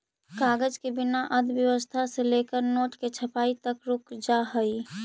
कागज के बिना अर्थव्यवस्था से लेकर नोट के छपाई तक रुक जा हई